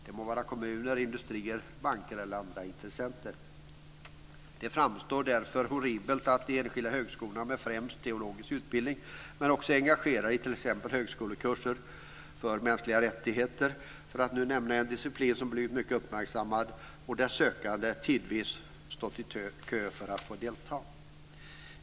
Det må vara kommuner, industrier, banker eller andra intressenter. Det framstår därför som horribelt när det gäller de enskilda högskolorna med främst teologisk utbildning men också de som är engagerade i t.ex. högskolekurser för mänskliga rättigheter, för att nu nämna en disciplin som blivit mycket uppmärksammad och där sökande tidvis stått i kö för att få delta.